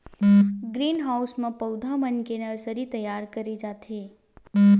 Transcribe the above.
green house म पउधा मन के नरसरी तइयार करे जाथे